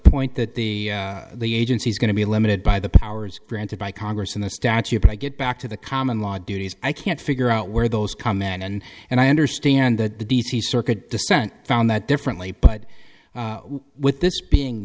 point that the the agency's going to be limited by the powers granted by congress in the statute but i get back to the common law duties i can't figure out where those come in and and i understand that the d c circuit dissent found that differently but with this being